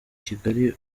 kigali